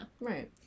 Right